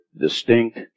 distinct